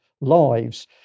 lives